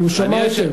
הוא שמע אותי.